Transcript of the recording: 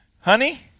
Honey